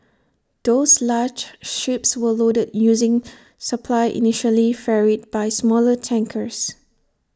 those large ships were loaded using supply initially ferried by smaller tankers